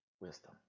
wisdom